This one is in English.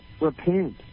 repent